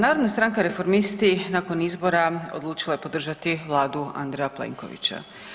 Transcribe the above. Narodna stranka-reformisti nakon izbora odlučila je podržati Vladu Andreja Plenkovića.